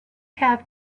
have